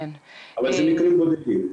אבל זה מקרים בודדים.